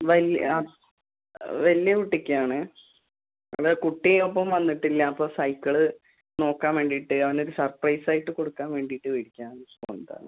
വലിയ ആ വലിയ കുട്ടിക്കാണ് അത് കുട്ടിയൊപ്പം വന്നിട്ടില്ല അപ്പോൾ സൈക്കിള് നോക്കാൻ വേണ്ടിയിട്ട് അവനൊര് സർപ്രൈസ് ആയിട്ട് കൊടുക്കാൻ വേണ്ടിയിട്ട് വിളിക്കാൻ വന്നതാണ്